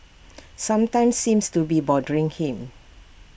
something seems to be bothering him